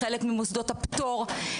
חלק ממוסדות הפטור.